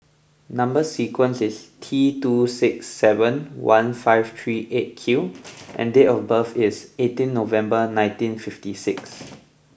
number sequence is T two six seven one five three eight Q and date of birth is eighteen November nineteen fifty six